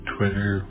Twitter